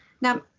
Now